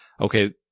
okay